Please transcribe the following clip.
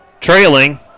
trailing